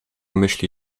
myśli